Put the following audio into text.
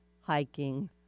hiking